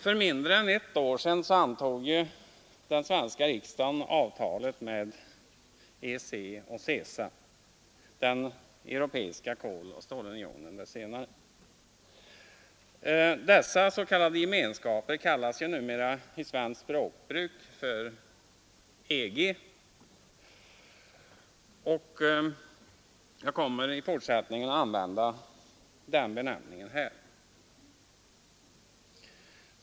För mindre än ett år sedan antog den svenska riksdagen avtalen med EEC och CECA, den europeiska koloch stålunionen. Dessa s.k. gemenskaper kallas numera i svenskt språkbruk för EG och jag kommer i fortsättningen att använda denna benämning.